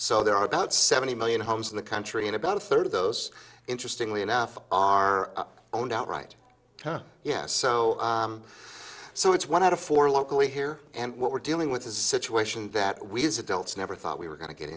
so there are about seventy million homes in the country and about a third of those interesting lee enough are owned outright yes so so it's one out of four locally here and what we're dealing with a situation that we use adults never thought we were going to get